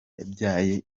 yabyaye